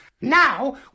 Now